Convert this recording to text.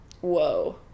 Whoa